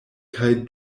kaj